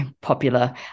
popular